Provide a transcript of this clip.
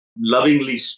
lovingly